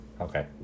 Okay